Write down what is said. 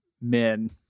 men